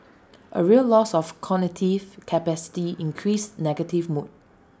A real loss of cognitive capacity and increased negative mood